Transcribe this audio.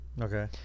Okay